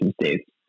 states